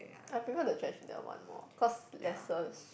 I prefer the that one more cause lesser s~